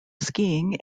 skiing